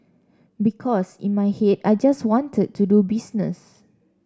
because in my head I just wanted to do business